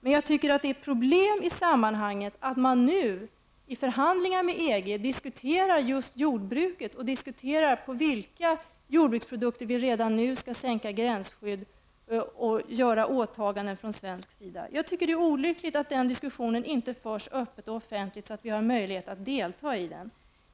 Det är ett problem i sammanhanget att man nu i förhandlingar med EG diskuterar just jordbruket och för vilka jordbruksprodukter vi redan nu skall sänka gränsskyddet och göra åtaganden från svensk sida. Det är olyckligt att den diskussionen inte förs öppet och offentligt så att vi har möjlighet att delta i den.